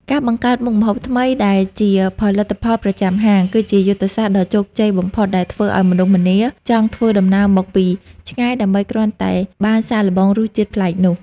ការបង្កើតមុខម្ហូបថ្មីដែលជា "ផលិតផលប្រចាំហាង" គឺជាយុទ្ធសាស្ត្រដ៏ជោគជ័យបំផុតដែលធ្វើឱ្យមនុស្សម្នាចង់ធ្វើដំណើរមកពីឆ្ងាយដើម្បីគ្រាន់តែបានសាកល្បងរសជាតិប្លែកនោះ។